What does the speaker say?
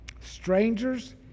Strangers